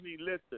listen